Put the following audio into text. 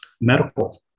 medical